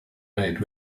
made